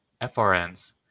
FRNs